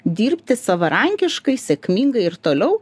dirbti savarankiškai sėkmingai ir toliau